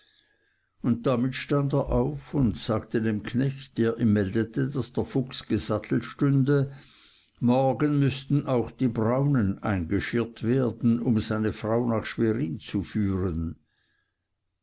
und damit stand er auf und sagte dem knecht der ihm meldete daß der fuchs gesattelt stünde morgen müßten auch die braunen eingeschirrt werden um seine frau nach schwerin zu führen